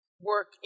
work